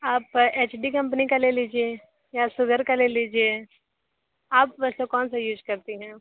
आप H D company का ले लीजिए या सुगर का ले लीजिये आप वैसे कौन सा यूज़ करती हैं